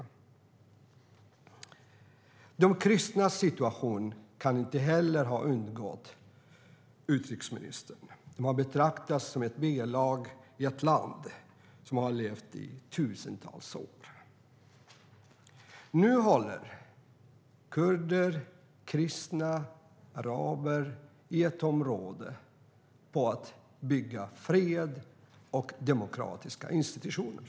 De kristnas situation kan inte heller ha undgått utrikesministern. De har betraktats som ett B-lag i ett land som de har levt i under tusentals år. Nu håller kurder, kristna och araber i ett område på att bygga fred och demokratiska institutioner.